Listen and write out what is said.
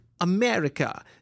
America